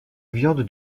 viande